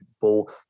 ball